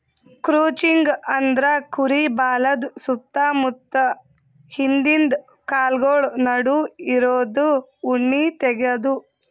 crutching ಅಂದ್ರ ಕುರಿ ಬಾಲದ್ ಸುತ್ತ ಮುತ್ತ ಹಿಂದಿಂದ ಕಾಲ್ಗೊಳ್ ನಡು ಇರದು ಉಣ್ಣಿ ತೆಗ್ಯದು